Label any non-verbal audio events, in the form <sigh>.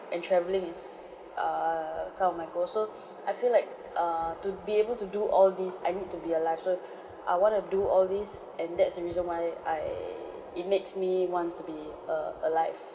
and travelling is err some of my goal so <noise> I feel like err to be able to do all these I need to be alive so <breath> I want to do all this and that's the reason why I it makes me wants to be err alive